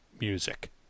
music